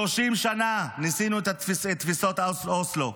30 שנה ניסינו את תפיסות אוסלו,